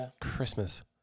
Christmas